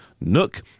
Nook